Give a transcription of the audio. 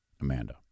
Amanda